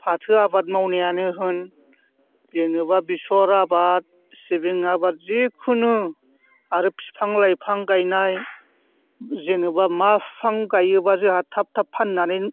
फाथो आबाद मावनायानो होन जेन'बा बेसर आबाद सिबिं आबाद जिखुनु आरो बिफां लाइफां गायनाय जेन'बा मा बिफां गायोब्ला जोहा थाब थाब फाननानै